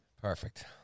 Perfect